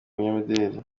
umunyamideli